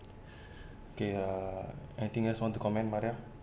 okay anything else want to comment mother